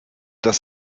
das